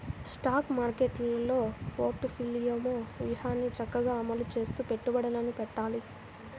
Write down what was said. stock మార్కెట్టులో portfolio వ్యూహాన్ని చక్కగా అమలు చేస్తూ పెట్టుబడులను పెట్టాలి